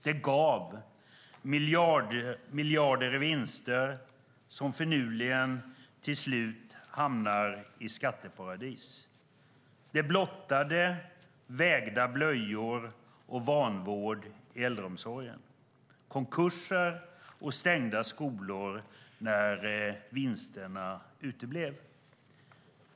Det har gett miljarder i vinst som finurligt till slut hamnat i skatteparadis. Det har blottat vägda blöjor och vanvård i äldreomsorgen, och konkurser och stängda skolor när vinsterna uteblev.